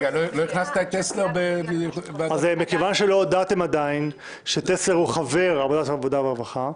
הכנסת טסלר עדיין לא חבר בוועדת העבודה והרווחה.